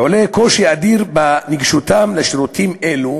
עולה קושי אדיר בנגישותם לשירותים אלו